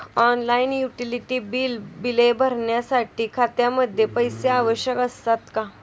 Online utility बिले भरण्यासाठी खात्यामध्ये पैसे आवश्यक असतात का?